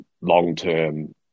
long-term